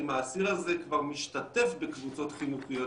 אם האסיר הזה כבר משתתף בקבוצות חינוכיות